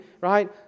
right